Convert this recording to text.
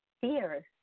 Fear